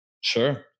Sure